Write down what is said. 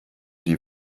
die